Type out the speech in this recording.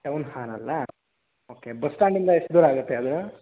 town ಹಾಲಲ್ಲಾ okay bus ಸ್ಟ್ಯಾಂಡಿಂದ ಎಷ್ಟು ದೂರ ಆಗುತ್ತೆ ಅದು